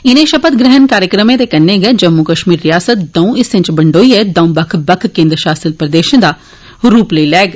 इनें शपथ ग्रहण कार्यक्रमै दे कन्नै गै जम्मू कश्मीर रियासत दऊं हिस्सें च बंडोइए दऊं बक्खरे बक्खरे केंद्र शासत प्रदशें दा रूप लेई लैग